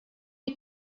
you